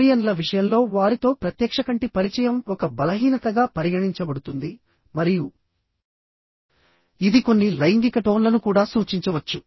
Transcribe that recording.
కొరియన్ల విషయంలో వారితో ప్రత్యక్ష కంటి పరిచయం ఒక బలహీనతగా పరిగణించబడుతుంది మరియు ఇది కొన్ని లైంగిక టోన్లను కూడా సూచించవచ్చు